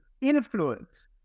influence